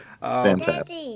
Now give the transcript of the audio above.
Fantastic